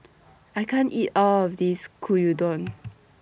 I can't eat All of This Gyudon